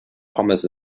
pommes